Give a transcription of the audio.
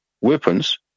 weapons